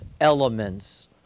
elements